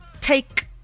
take